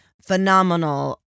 phenomenal